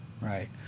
Right